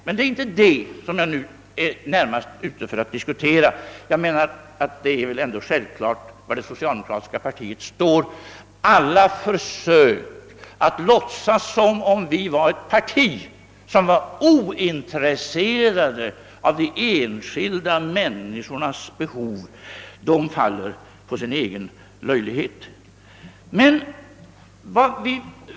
Men det är inte detta som jag närmast är ute för att diskutera; det är väl ändå självklart var det socialdemokratiska partiet står. Alla försök att låtsas som om vi var ett parti som var ointresserat av de enskilda människornas behov faller på sin egen orimlighet.